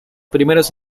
primeros